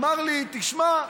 הוא אמר לי: תשמע,